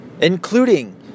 including